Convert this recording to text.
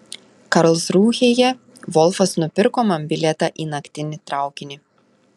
karlsrūhėje volfas nupirko man bilietą į naktinį traukinį